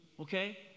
Okay